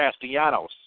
Castellanos